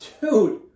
Dude